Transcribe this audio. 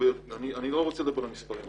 איני רוצה לנקוב במספרים.